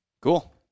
cool